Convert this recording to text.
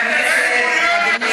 תתבייש.